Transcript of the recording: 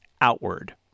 outward